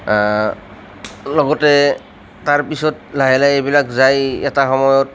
লগতে তাৰপিছত লাহে লাহে এইবিলাক যাই এটা সময়ত